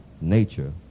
nature